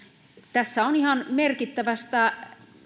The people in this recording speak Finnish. tässä on kysymys ihan merkittävästä